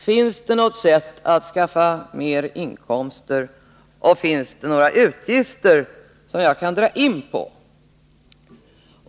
Finns det något sätt att skaffa mer inkomster, och finns det några utgifter som jag kan dra in på?